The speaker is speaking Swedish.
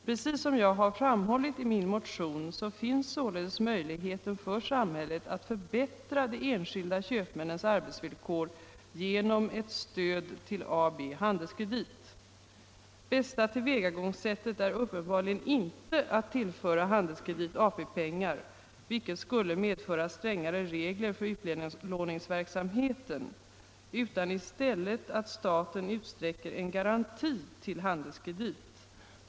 Precis som jag framhållit i min motion finns således möjlighet för samhället att förbättra de enskilda köpmännens arbetsvillkor genom stöd till AB Handelskredit. Bästa tillvägagångssättet är uppenbarligen inte att tillföra AB Handelskredit AP-pengar, vilket skulle medföra strängare regler för utlåningsverksamheten, utan i stället att staten utsträcker en garanti till AB Handelskredit.